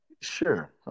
sure